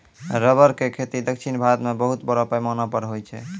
rubber के खेती दक्षिण भारत मॅ बहुत बड़ो पैमाना पर होय छै